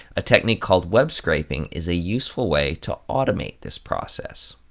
a technique called web scraping is a useful way to automate this process.